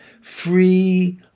free